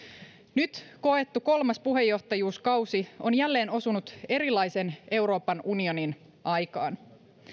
nyt koettu kolmas puheenjohtajuuskausi on jälleen osunut erilaisen euroopan unionin aikaan